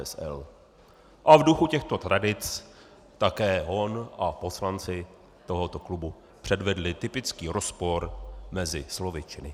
A v duchu těchto tradic také on a poslanci tohoto klubu předvedli typický rozpor mezi slovy a činy.